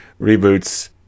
reboots